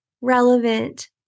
relevant